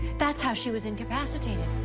that's how she was incapacitated!